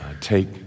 take